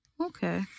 Okay